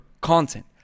content